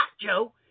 Joe